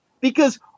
because-